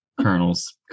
kernels